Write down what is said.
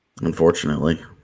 unfortunately